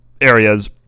areas